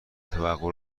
توقع